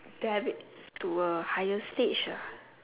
that it to a higher stage ah